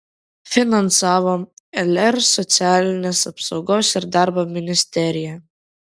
finansavo lr socialinės apsaugos ir darbo ministerija